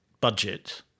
budget